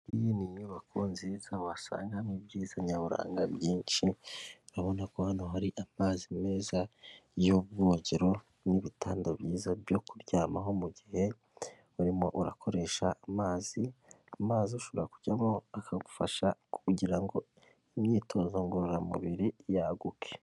Iyi ni inyubako nziza wasangamo ibyiza nyaburanga byinshi urabona ko hano hari amazi meza y'ubwogero n'ibitanda byiza byo kuryamaho mu gihe urimo urakoresha amazi, amazi ushobora kujyamo akagufasha kugira ngo imyitozo ngororamubiri yaguke.